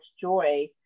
joy